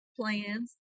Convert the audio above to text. plans